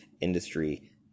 industry